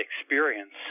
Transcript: experience